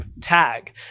tag